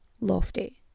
Lofty